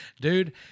dude